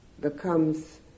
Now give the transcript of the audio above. becomes